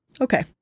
Okay